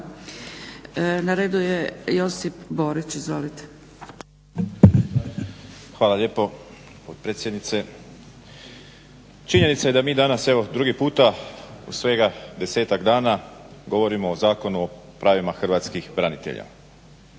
Na redu je Josip Borić. Izvolite. **Borić, Josip (HDZ)** Hvala lijepo potpredsjednice. Činjenica je da mi danas evo drugi puta u svega 10-tak dana govorimo o Zakonu o pravima hrvatskih branitelja.